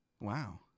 Wow